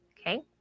Okay